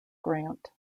grant